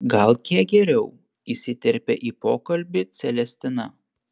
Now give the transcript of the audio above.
gal kiek geriau įsiterpė į pokalbį celestina